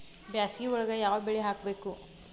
ಬ್ಯಾಸಗಿ ಒಳಗ ಯಾವ ಬೆಳಿ ಹಾಕಬೇಕು?